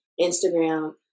Instagram